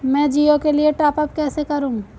मैं जिओ के लिए टॉप अप कैसे करूँ?